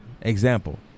example